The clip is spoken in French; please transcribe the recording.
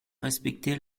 respecter